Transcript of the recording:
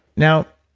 now,